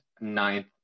ninth